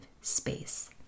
space